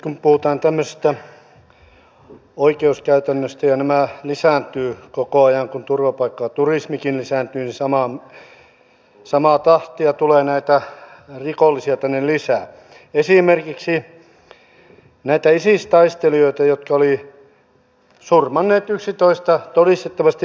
muistelen että viimeksi viikko sitten täällä kyselytunnillakin käytiin keskustelua osittain tästä sähköisestä tunnistamisesta ja siitä että kun osalta puuttuuvat nämä pankkitunnukset niin miten tämä digitalisaatio voi kaiken kaikkiaan edetä